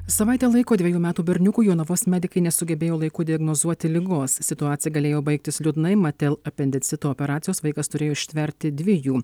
savaitę laiko dvejų metų berniukui jonavos medikai nesugebėjo laiku diagnozuoti ligos situacija galėjo baigtis liūdnai mat dėl apendicito operacijos vaikas turėjo ištverti dvi jų